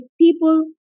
people